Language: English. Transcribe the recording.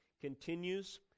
continues